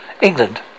England